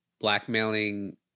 blackmailing